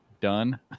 done